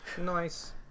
nice